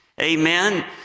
Amen